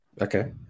Okay